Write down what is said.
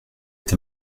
est